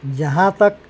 जहाँ तक